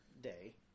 day